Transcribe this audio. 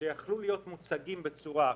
שהיו יכולים להיות מוצגים אחרת.